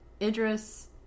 Idris